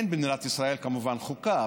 אין במדינת ישראל כמובן חוקה,